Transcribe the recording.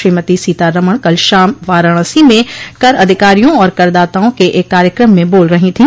श्रीमती सीतारमण कल शाम वाराणसी में कर अधिकारियों और करदाताओं के एक कार्यक्रम में बोल रही थी